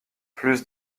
plus